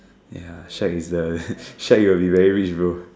ya shag is the shag will be very rich bro